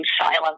silence